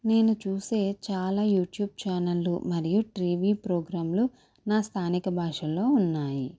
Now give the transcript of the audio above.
నేను చూసే చాలా యూట్యూబ్ ఛానళ్లు మరియు టీవీ ప్రోగ్రాంలో నా స్థానిక భాషల్లో ఉన్నాయి